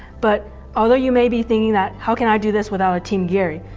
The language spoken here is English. but although you may be thinking that, how can i do this without a team gary,